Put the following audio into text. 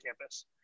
campus